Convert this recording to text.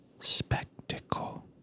spectacle